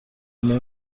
میای